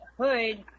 hood